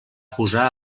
posar